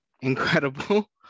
incredible